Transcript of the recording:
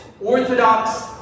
Orthodox